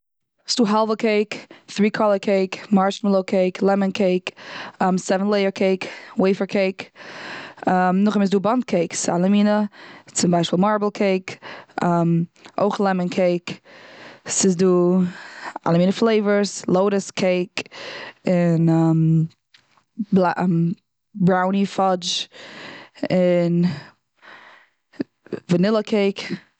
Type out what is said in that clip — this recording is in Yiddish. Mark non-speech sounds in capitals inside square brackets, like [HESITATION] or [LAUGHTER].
ס'דא האלווע קעיק, טרי קאליר קעיק, מארשמעלאעו קעיק, לעמען קעיק, [HESITATION] סעווען לעיער קעיק, וועיפער קעיק. [HESITATION] נאך דעם איז דא באנדט קעיקס, אלע מינע. [HESITATION] צום ביישפיל מארבעל קעיק, אויך לעמען קעיק, ס'דא אלע מינע פלעיוערס, לוטוס קעיק. און [HESITATION] [HESITATION] [NOISE] בראוני פאדזש, און... ווענילא קעיק.